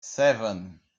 seven